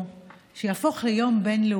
אונסק"ו החליט שיום הסובלנות יהפוך ליום בין-לאומי,